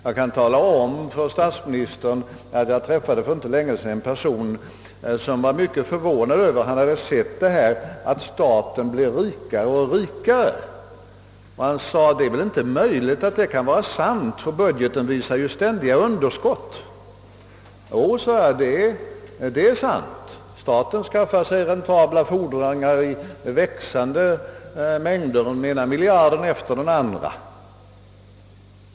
Jag kan tala om för statsministern att jag för inte så länge sedan träffade en person som var mycket förvånad över uppgiften att staten blev rikare och rikare. Det kan väl inte vara sant? frågade han. Budgeten visar ju ständigt underskott. Jo, sade jag, det är sant. Staten skaffar sig räntabla fordringar i växande mängder, den ena miljarden efter den andra.